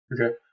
Okay